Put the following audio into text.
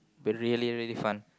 really really fun